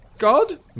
God